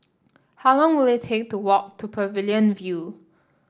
how long will it take to walk to Pavilion View